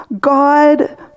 God